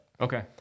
Okay